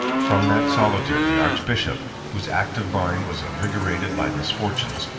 from that solitude the archbishop, whose active mind was invigorated by misfortunes,